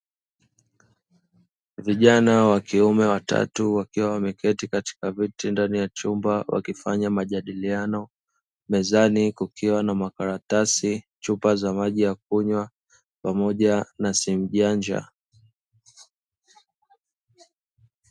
Vijana wa kiume watatu wakiwa wameketi katika viti ndani ya chumba wakifanya majadiliano, mezani kukiwa na makaratasi, chupa za maji ya kunywa pamoja na simu janja.